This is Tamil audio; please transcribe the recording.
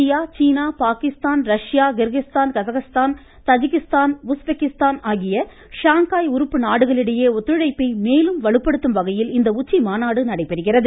இந்தியா சீனா Pakistan Russia Kyrgyzstan Kazakhstan Tajikistan Uzbekistan ஆகிய ஷாங்காய் உறுப்பு நாடுகளிடையே ஒத்துழைப்பை மேலும் வலுப்படுத்தும் வகையில் இந்த உச்சிமாநாடு நடைபெறுகிறது